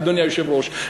אדוני היושב-ראש.